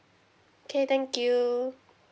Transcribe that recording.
okay thank you